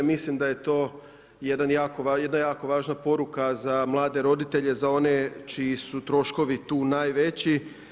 Mislim da je to jedna jako važna poruka za mlade roditelje, za one čiji su troškovi tu najveći.